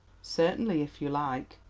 certainly, if you like.